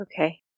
Okay